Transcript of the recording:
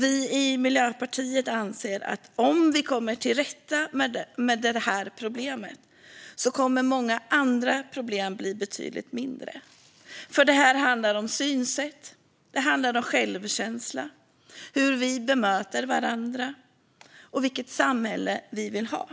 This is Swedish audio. Vi i Miljöpartiet anser att om vi kommer till rätta med det problemet kommer många andra problem att bli betydligt mindre. Det handlar om synsätt, självkänsla, hur vi bemöter varandra och vilket samhälle vi vill ha.